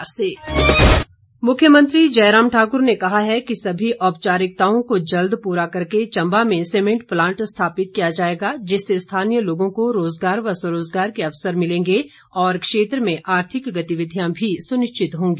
मुख्यमंत्री मुख्यमंत्री जयराम ठाकुर ने कहा है कि सभी औपचारिकताओं को जल्द पूरा करके चम्बा में सीमेंट प्लांट स्थापित किया जाएगा जिससे स्थानीय लोगों को रोजगार व स्वरोजगार के अवसर मिलेंगे और क्षेत्र में आर्थिक गतिविधियां भी सुनिश्चित होंगी